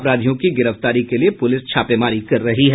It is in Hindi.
अपराधियों की गिरफ्तारी के लिए पुलिस छापेमारी कर रही है